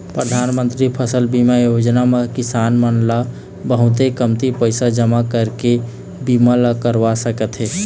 परधानमंतरी फसल बीमा योजना म किसान मन ल बहुते कमती पइसा जमा करके बीमा ल करवा सकत हे